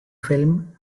film